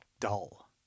dull